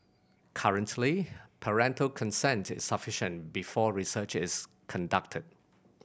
currently parental consent is sufficient before research is conducted